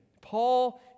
Paul